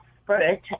spirit